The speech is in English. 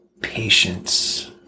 patience